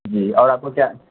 جی اور آپ کو کیا